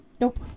Nope